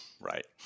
right